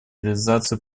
реализацию